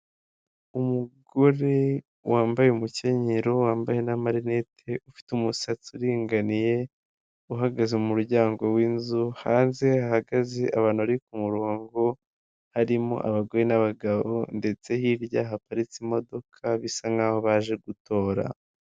Umugore wambaye umukenyero wambaye na amarinete ufite umusatsi uringaniye uhagaze mu muryango w'inzu hanze hahagaze abantu bari ku umurongo harimo abagore n'abagabo ndetse hirya haparitse imodoka bisa nkaho baje gutora.